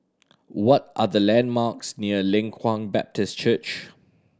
what are the landmarks near Leng Kwang Baptist Church